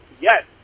yes